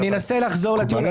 אני אנסה לחזור לדיון.